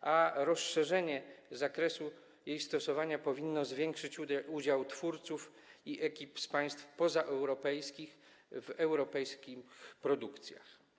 a rozszerzenie zakresu jej stosowania powinno zwiększyć udział twórców i ekip z państw pozaeuropejskich w europejskich produkcjach.